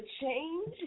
change